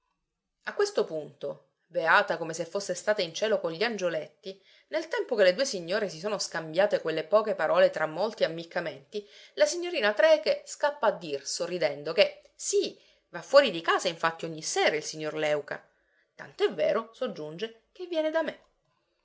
a questo punto beata come se fosse stata in cielo con gli angioletti nel tempo che le due signore si sono scambiate quelle poche parole tra molti ammiccamenti la signorina trecke scappa a dir sorridendo che sì va fuori di casa infatti ogni sera il signor léuca tant'è vero soggiunge che viene da me